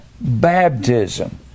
Baptism